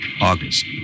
August